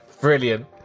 Brilliant